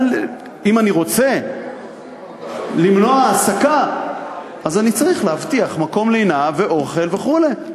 אם אני רוצה למנוע העסקה אז אני צריך להבטיח מקום לינה ואוכל וכו'.